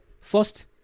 first